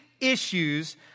Issues